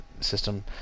system